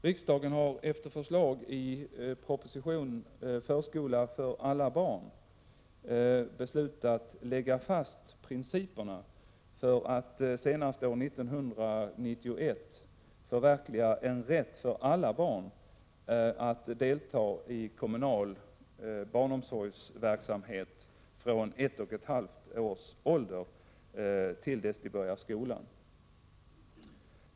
Riksdagen har efter förslag i propositionen om förskola för alla barn beslutat lägga fast principerna för att senast år 1991 förverkliga en rätt för alla barn att delta i kommunal barnomsorgsverksamhet från ett och ett halvt års ålder till dess de börjar skolan.